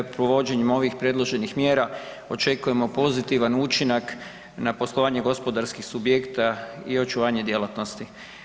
Provođenjem ovih predloženih mjera očekujemo pozitivan učinak na poslovanje gospodarskih subjekata i očuvanje djelatnosti.